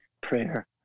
prayer